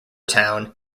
town